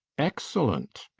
excellent.